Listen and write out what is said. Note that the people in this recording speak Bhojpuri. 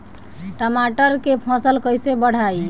टमाटर के फ़सल कैसे बढ़ाई?